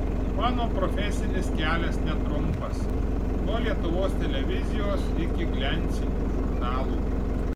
mano profesinis kelias netrumpas nuo lietuvos televizijos iki gliancinių žurnalų